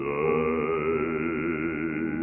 die